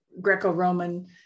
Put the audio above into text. Greco-Roman